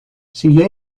siguió